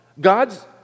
God's